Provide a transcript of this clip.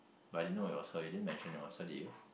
but I didn't know it was her you didn't mention it was her did you